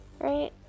Right